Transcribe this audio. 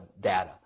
data